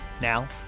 Now